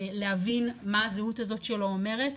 להבין מה הזהות הזאת שלו אומרת,